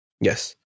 Yes